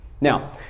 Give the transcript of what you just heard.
Now